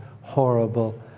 horrible